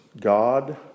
God